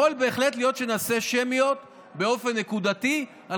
יכול בהחלט שנעשה שמיות באופן נקודתי על